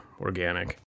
organic